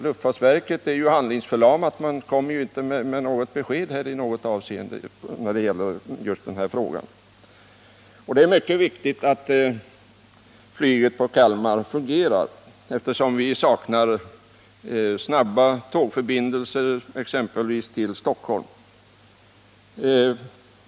Luftfartsverket är ju handlingsförlamat och kommer inte med något besked i något avseende när det gäller den här frågan. Det är mycket viktigt att flyget på Kalmar fungerar, eftersom vi saknar snabba tågförbindelser, exempelvis till Stockholm.